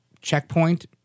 checkpoint